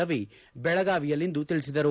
ರವಿ ಬೆಳಗಾವಿಯಲ್ಲಿಂದು ತಿಳಿಸಿದರು